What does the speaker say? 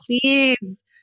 please